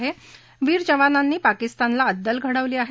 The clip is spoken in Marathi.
आपल्या वीर जवानांनी पाकिस्तानला अद्दल घडवली आहे